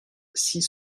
six